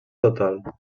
total